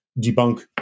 debunk